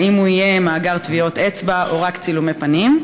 האם הוא יהיה מאגר טביעות אצבע או רק צילומי פנים?